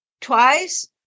twice